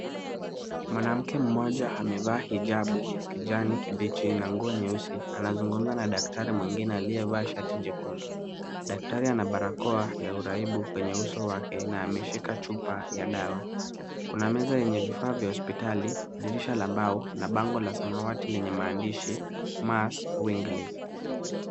Mwanamke mmoja amevaa hijabu ya kijani kibichi na nguo nyeusi. Anazungumza na daktari mwingine aliyevaa shati jekundu. Daktari ana barakoa ya uraibu kwenye uso wake na ameshika chupa ya dawa. Kuna meza yenye vifaa vya hospitali, dirisha la mbao na bango la samawati lenye maandishi "mass wiggling".